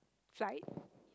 flight